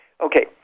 Okay